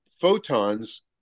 photons